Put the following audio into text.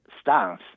stance